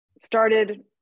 started